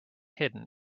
hidden